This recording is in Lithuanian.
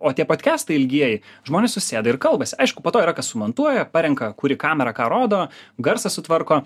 o tie podkastai ilgieji žmonės susėda ir kalbasi aišku po to yra kas sumontuoja parenka kuri kamera ką rodo garsą sutvarko